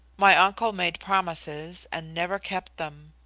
my uncle made promises and never kept them.